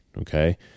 okay